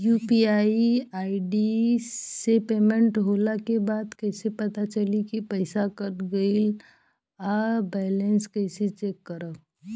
UPI ID से payment होला के बाद कइसे पता चली की पईसा कट गएल आ बैलेंस कइसे चेक करम?